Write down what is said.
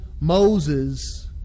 moses